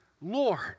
Lord